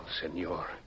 Senor